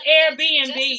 Airbnb